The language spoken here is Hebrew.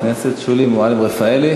חברת הכנסת שולי מועלם-רפאלי.